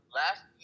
last